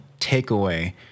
takeaway